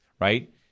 right